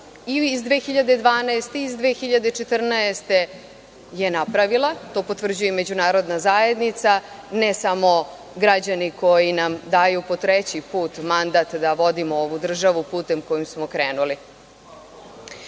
i iz 2012. i 2014. godine je napravila, to potvrđuje i međunarodna zajednica, ne samo građani koji nam daju po treći put mandat da vodimo ovu državu putem kojim smo krenuli.O